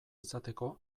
izateko